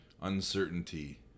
uncertainty